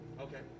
Okay